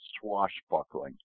swashbuckling